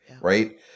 Right